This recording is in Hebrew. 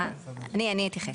אני אתייחס.